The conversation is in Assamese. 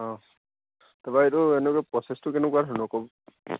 অঁ তাৰপৰা এইটো প্ৰ'চেছটো কেনেকুৱা ধৰণৰ ক'ব